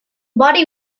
body